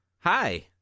Hi